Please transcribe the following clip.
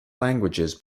languages